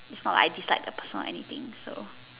it's not like I dislike the person or anything so